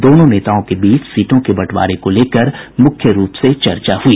दोनों नेताओं के बीच सीटों के बंटवारे को लेकर मुख्य रूप से चर्चा हुई